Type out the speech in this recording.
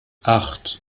acht